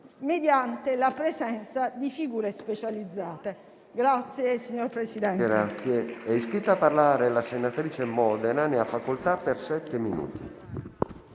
mediante la presenza di figure specializzate.